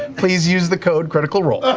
please use the code criticalrole.